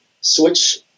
switch